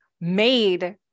made